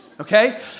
okay